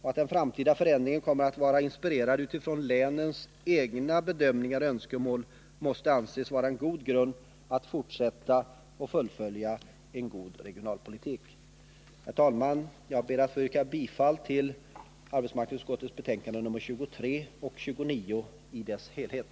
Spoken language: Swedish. Att den framtida förändringen kommer att vara inspirerad utifrån länens egna bedömningar och önskemål måste anses vara en god grund för att fortsätta och fullfölja en god regionalpolitik. Herr talman! Jag ber att få yrka bifall till arbetsmarknadsutskottets hemställan i dess betänkanden nr 23 och 29.